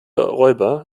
räuber